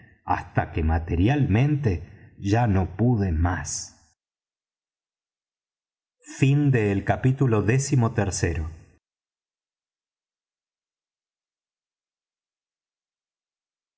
hasta que materialmente ya no pude más